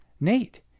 Nate